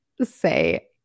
say